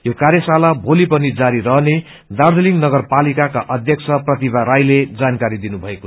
यो कार्यशाला भोलि पनि जारी रहने दार्जीलिङ नगरपालिकाका अध्यक्ष प्रतिभा राईले जानकारी दिनुभयो